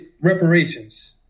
reparations